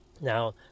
Now